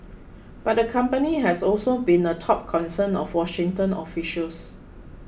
but the company has also been a top concern of Washington officials